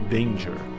Danger